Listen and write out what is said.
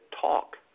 talk